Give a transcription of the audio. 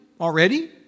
already